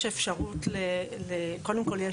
יש אפשרות, קודם כל יש